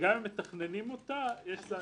שגם אם מתכננים אותה יש לה נסיבות.